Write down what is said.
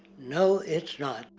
no it's not.